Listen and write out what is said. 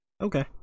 Okay